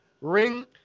ring